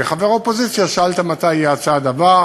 כחבר אופוזיציה שאלת מתי יהיה הצעד הבא.